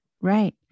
Right